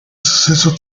suceso